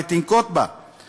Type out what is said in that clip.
ועוד תנקוט בעתיד,